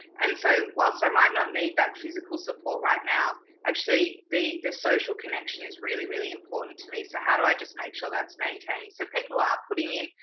and so whilst i might not need that physical support right now, actually, the the social connection is really, really important to me. so how do i just make sure that's maintained. so people are putting in,